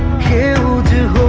coup